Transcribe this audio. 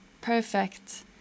perfect